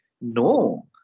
no